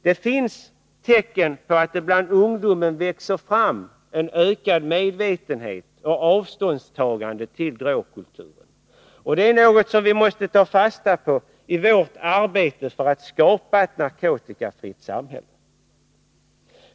Det finns tecken som tyder på att det bland ungdomar växer fram en medvetenhet och ett avståndstagande till drogkulturen. Det är något som vi måste ta fasta på i vårt arbete för att skapa ett narkotikafritt samhälle.